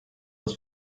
his